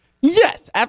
Yes